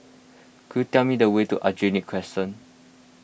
could you tell me the way to Aljunied Crescent